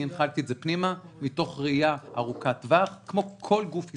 אני הנחלתי את זה פנימה מתוך ראייה ארוכת טווח כמו כל גוף עסקי,